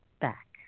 back